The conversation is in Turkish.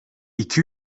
iki